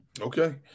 Okay